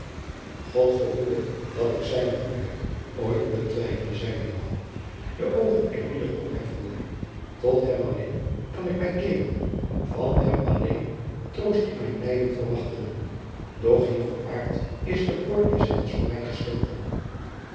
god verhoede dat ik zijne goedheid ooit betwijfele zeide joan de oogen eerbiedig opheffende tot hem alleen kan ik mij keeren van hem alleen troost in mijn lijden verwachten doch hier op aard is de poort des heils voor mij gesloten